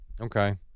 Okay